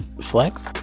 Flex